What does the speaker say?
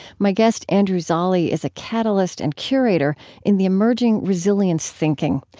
my guest, andrew zolli, is a catalyst and curator in the emerging resilience thinking,